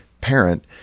parent